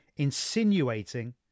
insinuating